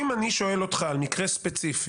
אם אני שואל אותך על מקרה ספציפי,